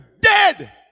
dead